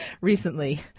recently